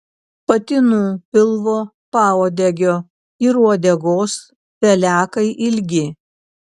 patinų pilvo pauodegio ir uodegos pelekai ilgi